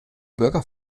bürger